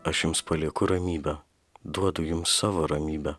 aš jums palieku ramybę duodu jums savo ramybę